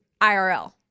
IRL